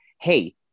Hey